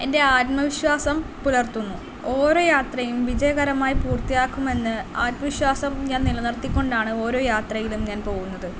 എൻ്റെ ആത്മവിശ്വാസം പുലർത്തുന്നു ഓരോ യാത്രയും വിജയകരമായി പൂർത്തിയാക്കുമെന്ന് ആത്മവിശ്വാസം ഞാൻ നിലനിർത്തിക്കൊണ്ടാണ് ഓരോ യാത്രയിലും ഞാൻ പോകുന്നത്